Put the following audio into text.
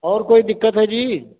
और कोई दिक्कत है जी